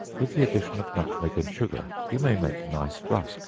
with the addition of nutmeg and sugar, you may make nice rusk.